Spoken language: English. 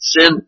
sin